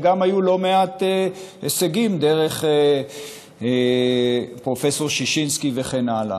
וגם היו לא מעט הישגים דרך פרופ' ששינסקי וכן הלאה.